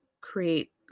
create